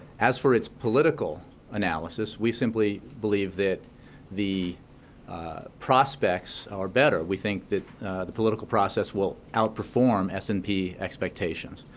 as for its political analysis, we simply believe that the prospects are better. we think that the political process will outperform s and p expectations.